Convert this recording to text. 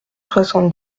soixante